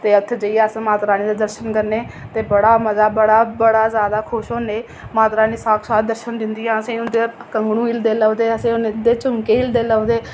ते उत्थै जाइयै अस माता रानी दे दर्शन करने ते बड़ा मज़ा बड़ा जैदा खुश होन्ने माता रानी साफ साफ दर्शन दिंदी ऐ असें ई उं'दे कंगनु हिल्लदे लभदे असें ई उं'दे झुम्मके हिल्लदे लभदे